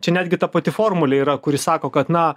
čia netgi ta pati formulė yra kuri sako kad na